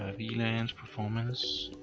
vlans, performance.